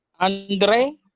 Andre